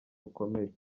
bukomeye